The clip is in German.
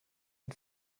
ein